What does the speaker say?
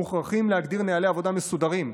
מוכרחים להגדיר נוהלי עבודה מסודרים.